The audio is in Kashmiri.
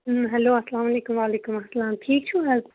ہیٚلو اَسلام علیکُم وعلیکُم اَسلام ٹھیٖک چھِو حظ